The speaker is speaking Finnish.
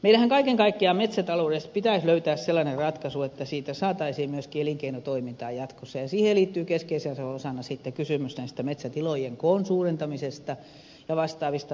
meillähän kaiken kaikkiaan metsätaloudessa pitäisi löytää sellainen ratkaisu että siitä saataisiin myöskin elinkeinotoimintaa jatkossa ja siihen liittyy keskeisenä osana kysymys metsätilojen koon suurentamisesta ja vastaavista asioista